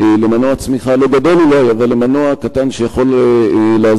הדבר הזה, נדמה לי, הוא לא רק